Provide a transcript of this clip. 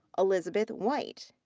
elizabeth white.